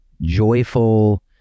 joyful